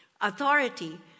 Authority